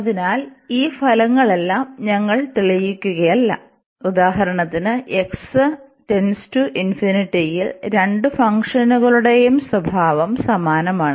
അതിനാൽ ഈ ഫലങ്ങളെല്ലാം ഞങ്ങൾ തെളിയിക്കുകയല്ല ഉദാഹരണത്തിന്യിൽ രണ്ട് ഫംഗ്ഷനുകളുടെയും സ്വഭാവം സമാനമാണ്